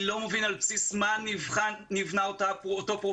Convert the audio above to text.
אני לא מבין על בסיס מה נבנה אותו הפרופיל,